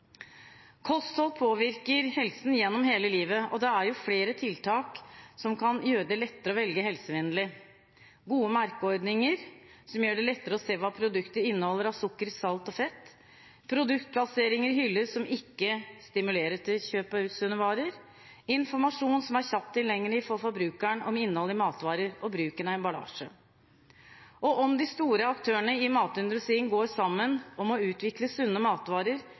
Kosthold påvirker helsen gjennom hele livet, og det er flere tiltak som kan gjøre det lettere å velge helsevennlig: gode merkeordninger som gjør det lettere å se hva produkter inneholder av sukker, salt og fett produktplassering i hyller som ikke stimulerer til kjøp av usunne varer informasjon som er kjapt tilgjengelig for forbrukeren, om innholdet i matvarer bruk av emballasje Om de store aktørene i matindustrien går sammen om å utvikle sunne matvarer